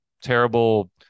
terrible